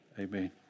Amen